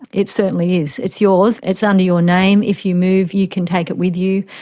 it certainly is, it's yours, it's under your name. if you move you can take it with you,